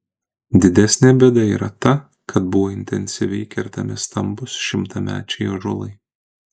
didesnė bėda yra ta kad buvo intensyviai kertami stambūs šimtamečiai ąžuolai